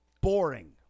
Boring